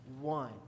one